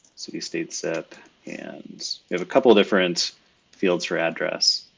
city state zip and we have a couple of different fields for address,